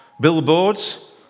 billboards